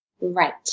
Right